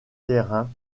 terrain